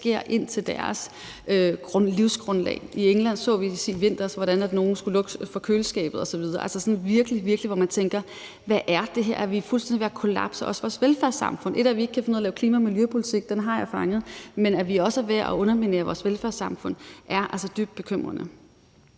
helt ind i deres livsgrundlag. I England så vi i vinter, hvordan nogle måtte slukke for køleskabet osv., altså hvor man sådan virkelig tænker: Hvad er det her? Er vi fuldstændig ved også at kollapse vores velfærdssamfund? Et er, at vi ikke kan finde ud af at lave klima- og miljøpolitik – den har jeg fanget – men at vi også er ved at underminere vores velfærdssamfund, er altså dybt bekymrende.